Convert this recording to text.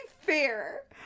fair